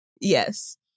Yes